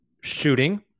shooting